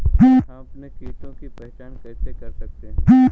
हम कीटों की पहचान कैसे कर सकते हैं?